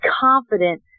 confident